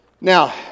Now